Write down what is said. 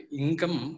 income